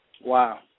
Wow